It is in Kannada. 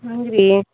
ಹಂಗೆ ರೀ